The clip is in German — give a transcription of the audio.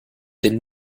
denn